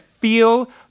Feel